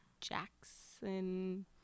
Jackson